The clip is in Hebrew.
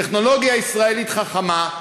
טכנולוגיה ישראלית חכמה,